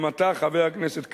גם אתה, חבר הכנסת כץ,